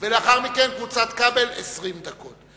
לאחר מכן, קבוצת כבל, 20 דקות.